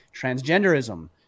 transgenderism